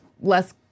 less